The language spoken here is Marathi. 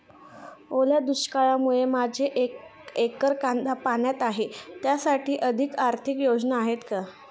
ओल्या दुष्काळामुळे माझे एक एकर कांदा पाण्यात आहे त्यासाठी काही आर्थिक योजना आहेत का?